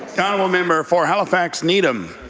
the honourable member for halifax needham.